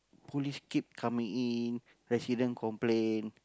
police keep coming in resident complain